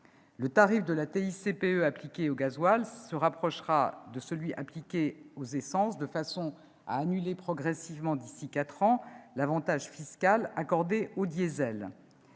Le tarif de la TICPE appliqué au gazole se rapprochera de celui appliqué aux essences de façon à annuler progressivement, d'ici à quatre ans, l'avantage fiscal accordé au diesel.